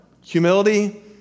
humility